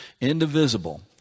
Indivisible